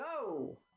go